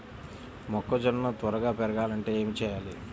మొక్కజోన్న త్వరగా పెరగాలంటే ఏమి చెయ్యాలి?